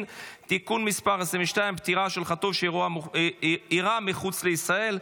(תיקון מס' 22) (פטירה של חטוף שאירעה מחוץ לישראל),